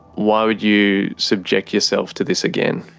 why would you subject yourself to this again?